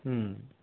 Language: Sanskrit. ह्म्